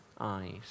eyes